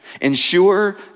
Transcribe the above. Ensure